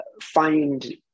find